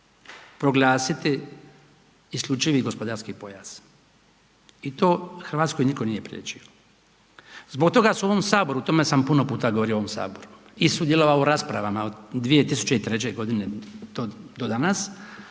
proglasiti isključivi gospodarski pojas i to Hrvatskoj nitko nije priječio. Zbog toga se u ovom Saboru, o tome sam puno puta govorio u ovom Saboru i sudjelovao u raspravama od 2003. godine do danas